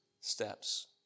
steps